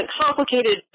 complicated